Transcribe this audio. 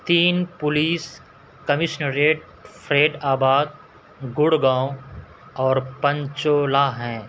تین police commissionerate Faizabad Gurgaon اور پنچولہ ہیں